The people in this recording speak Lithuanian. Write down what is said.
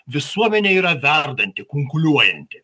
visuomenė yra verdanti kunkuliuojanti